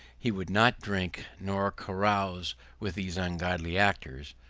he would not drink nor carouse with these ungodly actors,